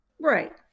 Right